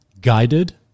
guided